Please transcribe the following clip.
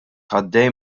għaddej